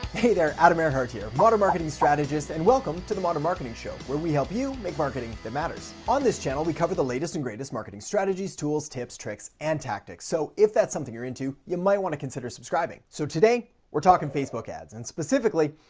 hey there, adam erhart here, modern marketing strategist. and welcome to the modern marketing show, where we help you make marketing that matters. on this channel, we cover the latest and greatest marketing strategies, tools, tips, tricks, and tactics. so if that's something you're into, you might wanna consider subscribing. so today, we're talking facebook ads, and specifically,